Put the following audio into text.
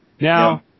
Now